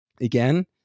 Again